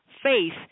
Faith